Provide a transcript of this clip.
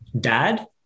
dad